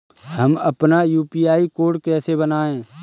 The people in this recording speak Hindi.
हम अपना यू.पी.आई कोड कैसे बनाएँ?